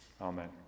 Amen